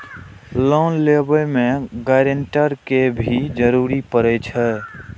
Loan लेबे में grantor के भी जरूरी परे छै?